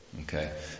Okay